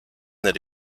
that